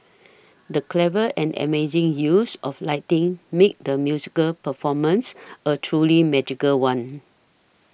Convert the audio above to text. the clever and amazing use of lighting made the musical performance a truly magical one